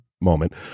moment